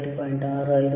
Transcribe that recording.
5 5